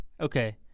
Okay